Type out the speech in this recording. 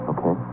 Okay